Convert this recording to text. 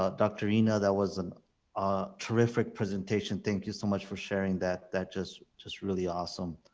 ah dr. ina. that was a terrific presentation. thank you so much for sharing that. that just just really awesome.